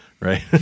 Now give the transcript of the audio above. Right